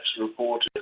reported